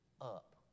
Up